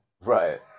Right